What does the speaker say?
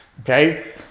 okay